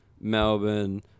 Melbourne